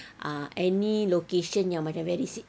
ah any location yang macam very sig~